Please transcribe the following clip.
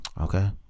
okay